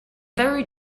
very